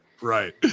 Right